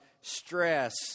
stress